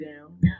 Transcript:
down